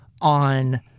on